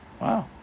Wow